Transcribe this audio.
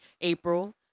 April